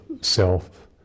self